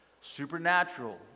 Supernatural